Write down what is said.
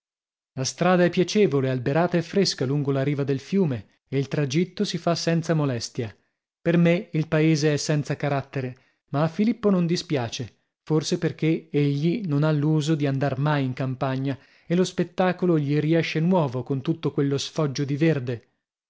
la strada è piacevole alberata e fresca lungo la riva del fiume e il tragitto si fa senza molestia per me il paese è senza carattere ma a filippo non dispiace forse perchè egli non ha l'uso di andar mai in campagna e lo spettacolo gli riesce nuovo con tutto quello sfoggio di verde